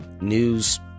News